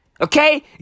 okay